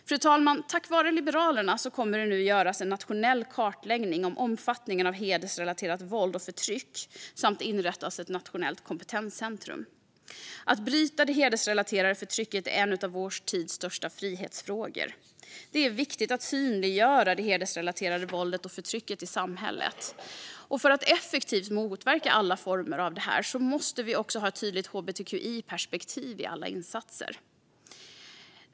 Fru talman! Tack vare Liberalerna kommer det nu att göras en nationell kartläggning av omfattningen av hedersrelaterat våld och förtryck samt inrättas ett nationellt kompetenscentrum. Att bryta det hedersrelaterade förtrycket är en av vår tids största frihetsfrågor. Det är viktigt att synliggöra det hedersrelaterade våldet och förtrycket i samhället. För att effektivt motverka alla former av detta måste vi också ha ett tydligt hbtqi-perspektiv i alla insatser.